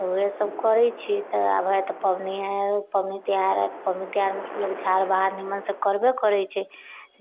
तऽ वएह सब करै छी तऽ आब हइ पावनि आएल पावनि त्योहार आएल तऽ पावनि त्योहारमे लोक लोक झाड़ू बहारू निमनसँ करबै करै छै